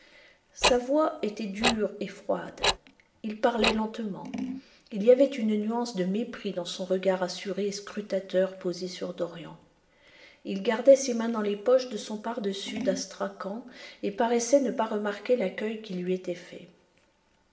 sa voix était dure et froide il parlait lentement il y avait une nuance de mépris dans son regard assuré et scrutateur posé sur dorian il gardait ses mains dans les poches de son pardessus d'astrakan et paraissait ne pas remarquer l'accueil qui lui était fait